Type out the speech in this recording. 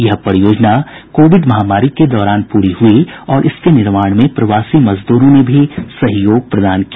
यह परियोजना कोविड महामारी के दौरान पूरी हुई और इसके निर्माण में प्रवासी मजदूरों ने भी सहयोग प्रदान किया